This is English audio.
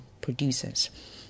producers